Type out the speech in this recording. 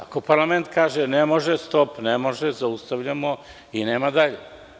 Ako parlament kaže – ne može, onda – stop, ne može, zaustavljamo i nema dalje.